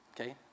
okay